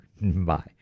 Bye